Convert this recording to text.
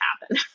happen